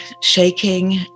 shaking